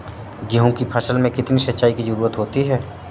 गेहूँ की फसल में कितनी सिंचाई की जरूरत होती है?